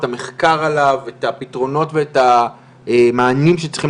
את המחקר עליו ואת הפתרונות והמענים שצריכים